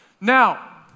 Now